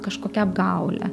kažkokią apgaulę